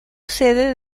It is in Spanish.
sede